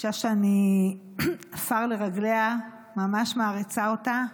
אישה שאני עפר לרגליה, ממש מעריצה אותה,